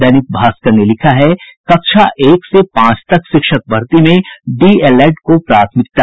दैनिक भास्कर ने लिखा है कक्षा एक से पांच तक शिक्षक भर्ती में डीएलएड को प्राथमिकता